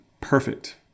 perfect